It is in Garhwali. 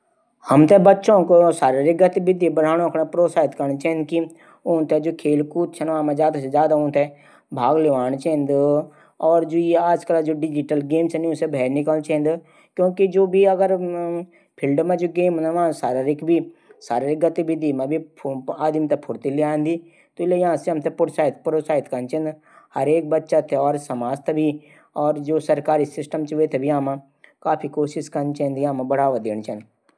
आज तेज चाल चलन जीवन मा हम अपडू काम थै अपडी हिसाब से मैनेज कै सकदा। जन की टैम पर उठन। टैम कि बचत कन। खर्चों पर हिसाब रखण। इमानदारी से अपडू काम कन। परिवार मा एकता बनै रखण। शरीर कू ध्यान रखण।